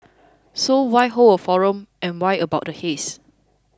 so why hold a forum and why about the haze